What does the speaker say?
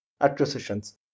acquisitions